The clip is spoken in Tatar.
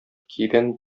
кибән